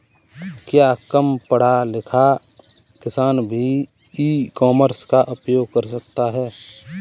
क्या कम पढ़ा लिखा किसान भी ई कॉमर्स का उपयोग कर सकता है?